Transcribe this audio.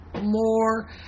more